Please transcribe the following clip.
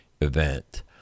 event